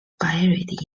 buried